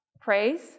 praise